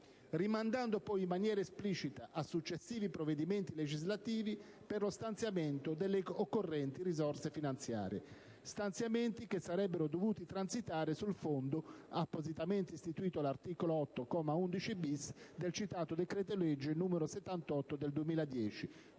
rimandando poi, in maniera esplicita, a «successivi provvedimenti legislativi» per lo stanziamento delle occorrenti risorse finanziarie. Stanziamenti che sarebbero dovuti transitare sul fondo, appositamente istituito all'articolo 8, comma 11-*bis*, del citato decreto-legge n. 78 del 2010,